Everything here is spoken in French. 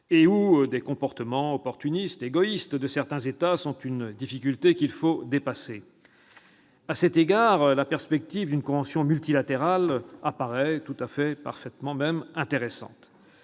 et où les comportements opportunistes, égoïstes, de certains États sont une difficulté qu'il faut dépasser. À cet égard, la perspective d'une convention multilatérale apparaît parfaitement intéressante.